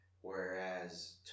whereas